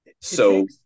So-